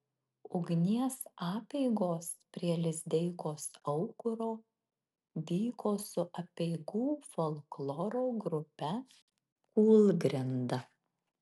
ugnies apeigos prie lizdeikos aukuro vyko su apeigų folkloro grupe kūlgrinda